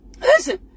listen